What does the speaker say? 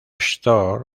store